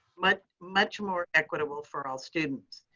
but much more equitable for all students.